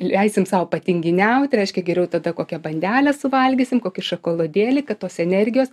leisim sau patinginiaut reiškia geriau tada kokią bandelę suvalgysim kokį šokoladėlį kad tos energijos